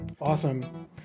Awesome